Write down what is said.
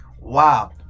wow